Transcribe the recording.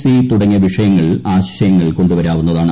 C തുടങ്ങിയ വിഷയങ്ങളിൽ ആശയങ്ങൾ കൊണ്ടുവരാവുന്നതാണ്